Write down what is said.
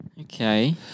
Okay